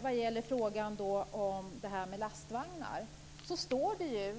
Vad gäller frågan om lastvagnar står det